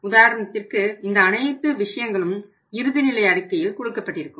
உதாரணத்திற்கு இந்த அனைத்து விஷயங்களும் இறுதி நிலை அறிக்கையில் கொடுக்கப்பட்டிருக்கும்